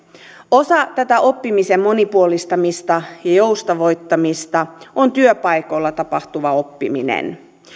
osa tätä oppimisen monipuolistamista ja joustavoittamista on työpaikoilla tapahtuva oppiminen